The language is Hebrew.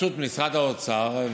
בחסות משרד האוצר,